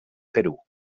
perú